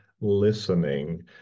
listening